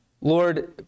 Lord